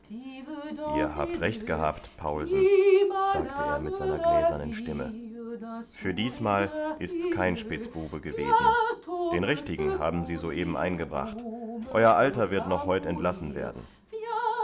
ihr habt recht gehabt paulsen sagte er mit seiner gläsernen stimme für diesmal ist's kein spitzbube gewesen den richtigen haben sie soeben eingebracht euer alter wird noch heut entlassen werden